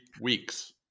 weeks